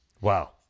Wow